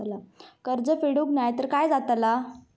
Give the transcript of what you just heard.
कर्ज फेडूक नाय तर काय जाताला?